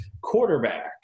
quarterback